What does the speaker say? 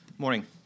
Morning